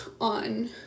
on